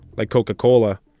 like coca-cola,